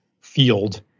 field